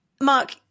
Mark